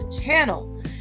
channel